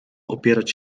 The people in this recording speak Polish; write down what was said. opierać